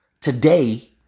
today